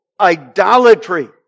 idolatry